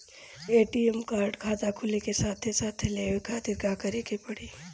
ATM card खाता खुले के साथे साथ लेवे खातिर का करे के पड़ी?